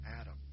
Adam